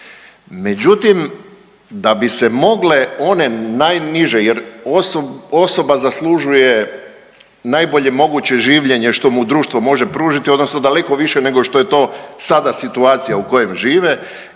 Međutim, da bi se mogle one najniže, jer osoba zaslužuje najbolje moguće življenje što mu društvo može pružiti, odnosno daleko više nego što je to sada situacija u kojem žive.